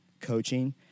coaching